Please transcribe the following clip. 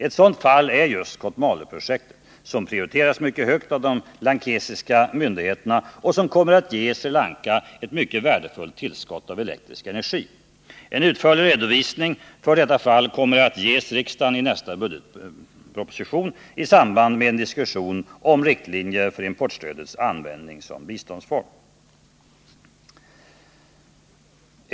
Ett sådant fall är just Kotmaleprojektet, som prioriterats mycket högt av de lankesiska myndigheterna och som kommer att ge Sri Lanka ett mycket värdefullt tillskott av elektrisk energi. En utförlig redovisning för detta fall kommer att ges riksdagen i nästa budgetproposition i samband med en diskussion om riktlinjer för importstödets användning som biståndsform.